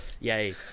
Yay